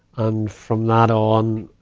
and from that on,